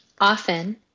often